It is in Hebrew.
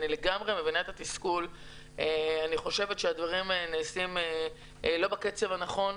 אני חושבת שהדברים האלה נעשים לא בקצב הנכון,